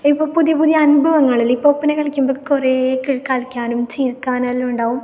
ഇപ്പോൾ പുതിയ പുതിയ അനുഭവങ്ങളില്ലെ ഇപ്പോൾ ഒപ്പന കളിക്കുമ്പഴേക്ക് കുറേ കളിക്കാനും ചിരിക്കാനെല്ലാം ഉണ്ടാവും